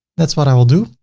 that's what i will do.